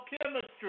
chemistry